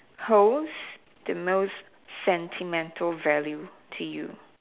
holds the most sentimental value to you